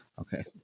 Okay